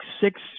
six